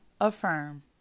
affirm